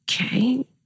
okay